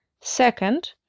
Second